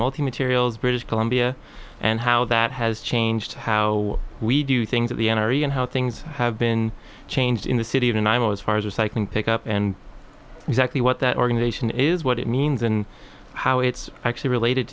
aterials british columbia and how that has changed how we do things at the n r a and how things have been changed in the city even i'm as far as i can pick up and exactly what that organization is what it means and how it's actually related